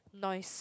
nice